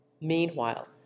meanwhile